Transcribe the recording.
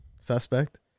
Suspect